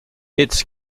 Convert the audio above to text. its